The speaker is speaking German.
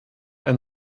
ein